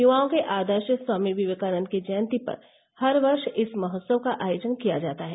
युवाओं के आदर्श स्वामी विवेकानंद की जयंती पर हर वर्ष इस महोत्सव का आयोजन किया जाता है